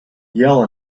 yell